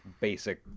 basic